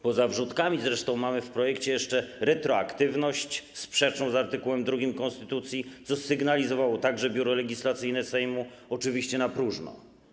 Poza wrzutkami zresztą mamy w projekcie jeszcze retroaktywność, sprzeczną z art. 2 konstytucji, co sygnalizowało również Biuro Legislacyjne Sejmu, oczywiście na próżno.